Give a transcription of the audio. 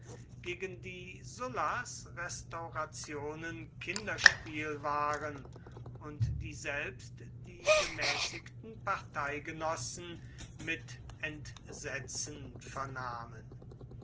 gegen die sullas restaurationen kinderspiel waren und die selbst die gemäßigten parteigenossen mit entsetzen vernahmen